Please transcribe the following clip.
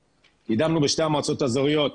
אני מבין את ההיגיון מאחורי ההסדרה במקום,